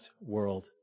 world